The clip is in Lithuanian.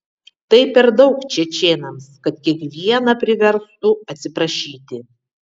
tai per daug čečėnams kad kiekvieną priverstų atsiprašyti